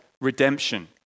redemption